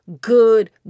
good